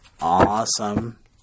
Awesome